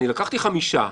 לקחתי חמישה,